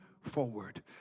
forward